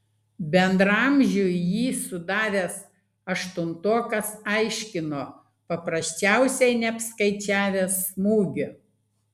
bendraamžiui jį sudavęs aštuntokas aiškino paprasčiausiai neapskaičiavęs smūgio